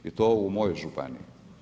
I to u mojoj županiji.